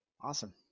Awesome